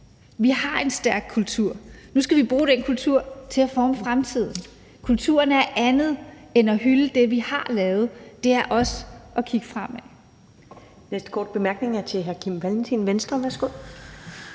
Vi har en stærk kultur. Nu skal vi bruge den kultur til at forme fremtiden. Kulturen er andet end at hylde det, vi har lavet; det er også at kigge fremad.